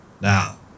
Now